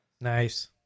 Nice